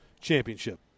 championship